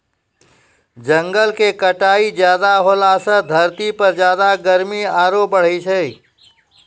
जंगल के कटाई ज्यादा होलॅ सॅ धरती पर ज्यादा गर्मी आरो बढ़तै